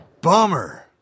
Bummer